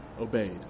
obeyed